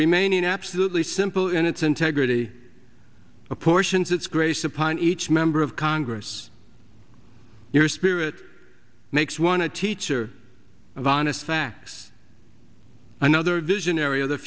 remaining absolutely simple in its integrity apportions its grace upon each member of congress your spirit makes one a teacher of honest facts another visionary of the